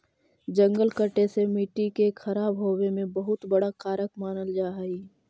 जंगल कटे से मट्टी के खराब होवे में बहुत बड़ा कारक मानल जा हइ